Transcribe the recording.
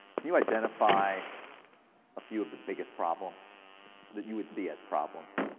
can you identify a few of the biggest problems that you would see as problems?